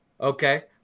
Okay